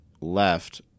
left